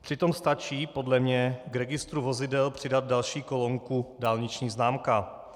Přitom stačí podle mě k registru vozidel přidat další kolonku dálniční známka.